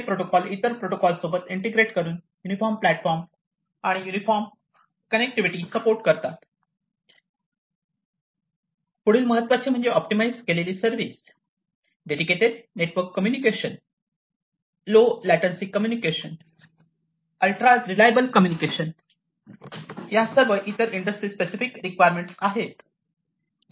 हे प्रोटोकॉल इतर प्रोटोकॉल सोबत इंटिग्रेट करून युनिफॉर्म प्लॅटफॉर्म आणि युनिफॉर्म कनेक्टिविटी सपोर्ट करतात पुढील महत्त्वाचे म्हणजे ऑप्टिमाइझ केलेली service dedicated network communication low latency communication ultra reliable communication या सर्व इतर इंडस्ट्री स्पेसिफिक रिक्वायरमेंट आहेत